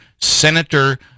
Senator